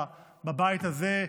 בבית הזה,